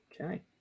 Okay